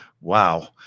Wow